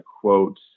quote